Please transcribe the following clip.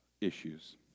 issues